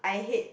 I hate